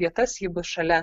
vietas ji bus šalia